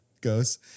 goes